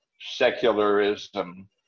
secularism